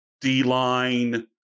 D-line